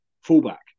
fullback